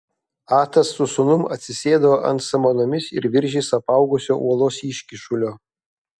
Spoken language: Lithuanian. atas su sūnum atsisėdo ant samanomis ir viržiais apaugusio uolos iškyšulio